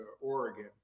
Oregon